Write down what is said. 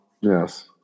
Yes